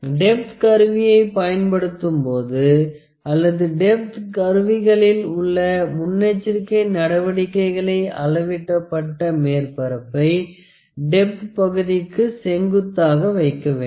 depth கருவியை பயன்படுத்தும் போது அல்லது டெப்த் கருவிகளில் உள்ள முன்னெச்சரிக்கை நடவடிக்கைகளான அளவிடப்பட்ட மேற்பரப்பை டெப்த் பகுதிக்கு செங்குத்தாக வைக்க வேண்டும்